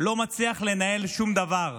לא מצליח לנהל שום דבר.